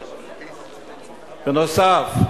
בנוסף,